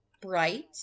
Bright